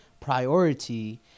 priority